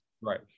Right